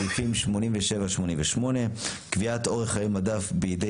רק סעיפים 88-87 (קביעת אורך חיי מדף בידי